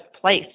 place